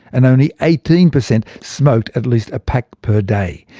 and only eighteen percent smoked at least a pack per day.